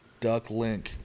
Ducklink